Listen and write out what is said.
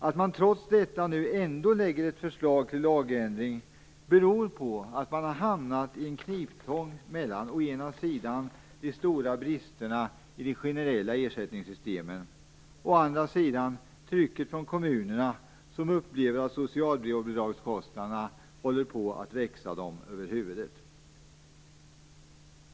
Att man trots detta nu ändå lägger fram ett förslag till lagändring beror på att man har hamnat i en kniptång mellan å ena sidan de stora bristerna i de generella ersättningssystemen, å andra sidan trycket från kommunerna som upplever att socialbidragskostnaderna håller på att växa dem över huvudet.